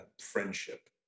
friendship